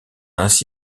ainsi